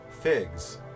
Figs